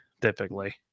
typically